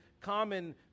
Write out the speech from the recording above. common